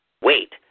Wait